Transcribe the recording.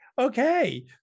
Okay